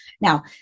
now